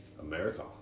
America